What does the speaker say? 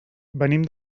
venim